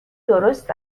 درست